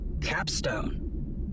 Capstone